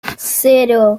cero